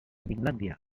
finlandia